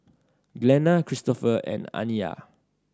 Glenna Kristofer and Aniyah